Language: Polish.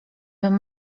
bym